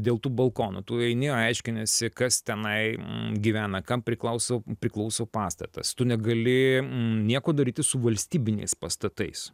dėl tų balkonų tu eini aiškiniesi kas tenai gyvena kam priklauso priklauso pastatas tu negali nieko daryti su valstybiniais pastatais